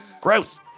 Gross